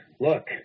look